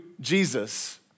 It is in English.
Jesus